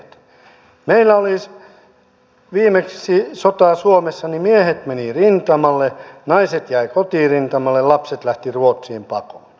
meillä viimeksi kun oli sota suomessa miehet menivät rintamalle naiset jäivät kotirintamalle ja lapset lähtivät ruotsiin pakoon